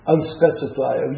Unspecified